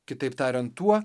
kitaip tariant tuo